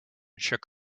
shook